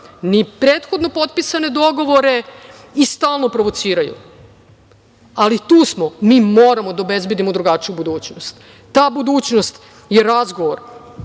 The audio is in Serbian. ni prethodno potpisane dogovore i stalno provociraju? Ali, tu smo, mi moramo da obezbedimo drugačiju budućnost. Ta budućnost je razgovor